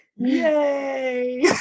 Yay